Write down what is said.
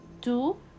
two